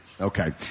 Okay